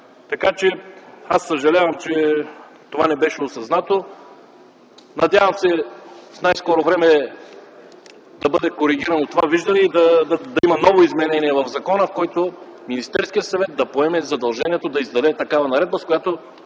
Аз съжалявам, че това не беше осъзнато. Надявам се в най скоро време това виждане да бъде коригирано и да има ново изменение в закона, с което Министерският съвет да поеме задължението да издаде такава наредба, с която